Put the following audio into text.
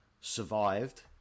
survived